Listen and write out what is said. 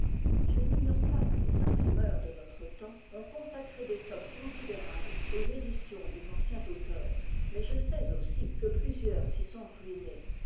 je n'ignore pas que des imprimeurs de notre temps ont consacré des sommes considérables aux éditions des anciens auteurs mais je sais aussi que plusieurs s'y sont ruinés